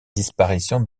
disparition